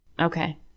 Okay